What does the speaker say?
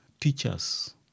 teachers